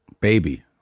Baby